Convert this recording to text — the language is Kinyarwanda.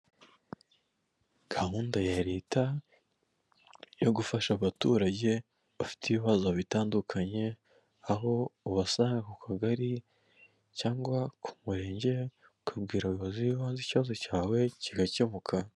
Gahunda ya leta yo gufasha abaturage bafite ibibazo bitandukanye, aho ubasanga ku kagari cyangwa ku murenge , ukabwira umuyobozi w'ibanze ikibazo cyawe, kigakemuka.